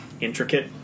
intricate